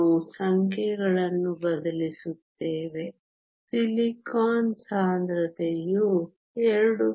ನಾವು ಸಂಖ್ಯೆಗಳನ್ನು ಬದಲಿಸುತ್ತೇವೆ ಸಿಲಿಕಾನ್ ಸಾಂದ್ರತೆಯು 2